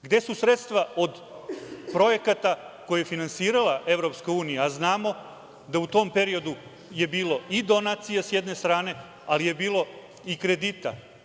Gde su sredstva od projekata koje je finansirala EU, a znamo da je u tom periodu bilo i donacija s jedne strane, ali je bilo i kredita.